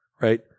right